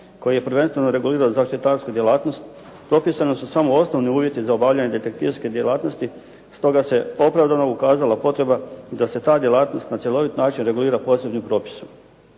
koji je prvenstveno regulirao zaštitarsku djelatnost, propisani su samo osnovni uvjeti za obavljanje djelatnosti, stoga se opravdano ukazala potreba da se ta djelatnost na cjelovit način regulira posebnim propisom.